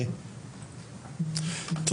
יש רשימה של מוסדות ספציפיים שהצגנו.